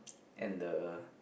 and the